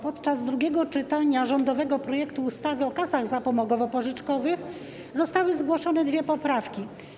Podczas drugiego czytania rządowego projektu ustawy o kasach zapomogowo-pożyczkowych zostały zgłoszone dwie poprawki.